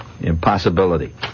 impossibility